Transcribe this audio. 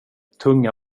tunga